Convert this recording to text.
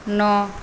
नओ